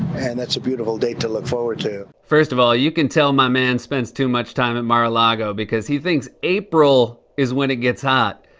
and that's a beautiful date to look forward to. first of all, you can tell my man spends too much time at mar-a-lago because he thinks april is when it gets hot.